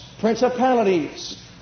principalities